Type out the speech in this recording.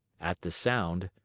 at the sound,